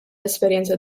esperjenza